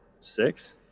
six